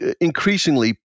increasingly